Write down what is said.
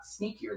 sneakier